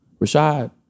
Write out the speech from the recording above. Rashad